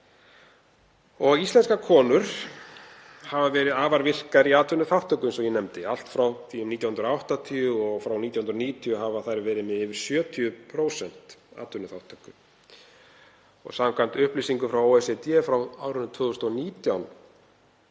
Íslenskar konur hafa verið afar virkar í atvinnuþátttöku, eins og ég nefndi. Allt frá því um 1980 og frá 1990 hafa þær verið með yfir 70% atvinnuþátttöku. Samkvæmt upplýsingum frá OECD frá árinu 2019